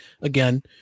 again